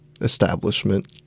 establishment